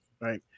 right